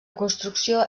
construcció